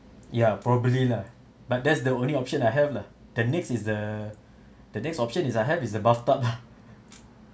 ya probably lah but that's the only option I have lah the next is the the next option is I have is the bathtub lah